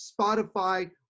Spotify